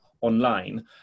online